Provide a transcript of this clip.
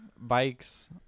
Bikes